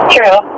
True